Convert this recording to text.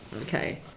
Okay